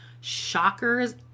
shockers